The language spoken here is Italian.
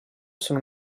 sono